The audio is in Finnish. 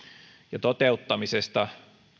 ja toteuttamisesta